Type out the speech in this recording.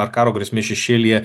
ar karo grėsmės šešėlyje